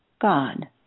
God